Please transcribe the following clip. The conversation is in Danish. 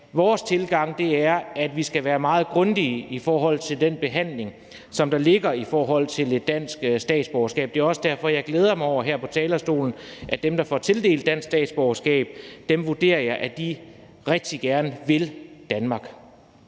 vores tilgang er, at vi skal være meget grundige i forhold til den behandling, som der ligger i forhold til et dansk statsborgerskab. Det er også derfor, at jeg her på talerstolen glæder mig over, at dem, der får tildelt dansk statsborgerskab, rigtig gerne vil Danmark.